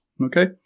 Okay